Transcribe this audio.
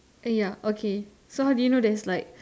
and ya okay so how do you know there's like